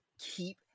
keep